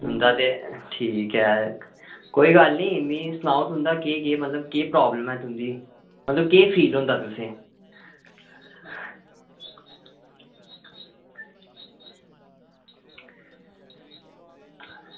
उंदा ते ठीक ऐ कोई गल्ल निं मिगी सनाओ तुंदा केह् केह् मतलब केह् प्रॉब्लम ऐ तुंदी मतलब केह् फील होंदा तुसें ई